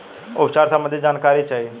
उपचार सबंधी जानकारी चाही?